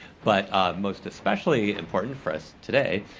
but most especially important for us today,